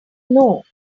know